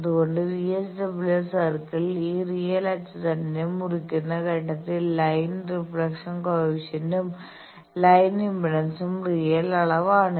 അതുകൊണ്ടാണ് VSWR circle ഈ real അച്ചുതണ്ടിനെ മുറിക്കുന്ന ഘട്ടത്തിൽ ലൈൻ റിഫ്ലക്ഷൻ കോയെഫിഷ്യന്റും ലൈൻ ഇംപെഡൻസും റിയൽ അളവാണ്